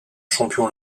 champion